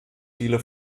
viele